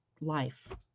life